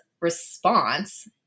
response